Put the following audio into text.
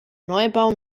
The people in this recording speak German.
neubau